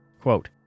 quote